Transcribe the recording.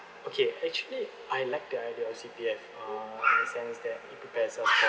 okay actually I like the idea of C_P_F uh in a sense that it prepares us